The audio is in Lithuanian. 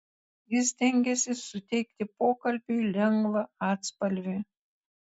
jis stengėsi suteikti pokalbiui lengvą atspalvį